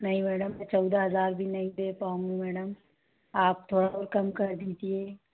नहीं मैडम चौदह हज़ार भी नहीं दे पाऊँगी मैडम आप थोड़ा और कम कर दीजिए